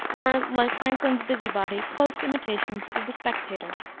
were, like franklin's busybody, close imitations of the spectator.